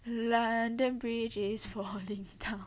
london bridge is falling down